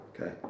Okay